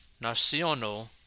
Nacional